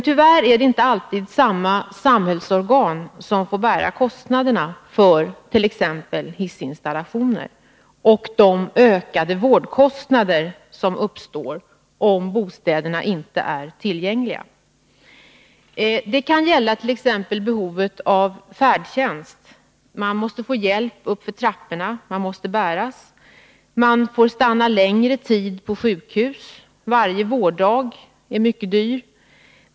Tyvärr är det inte alltid samma samhällsorgan som får bära kostnaderna för t.ex. hissinstallationer och de ökade vårdkostnader som uppstår om bostäderna inte är tillgängliga. Det kan gälla t.ex. behovet av färdtjänst. Man måste få hjälp uppför trapporna, man måste bäras, man får stanna längre tid på sjukhus — och varje vårddag är mycket dyr.